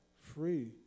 free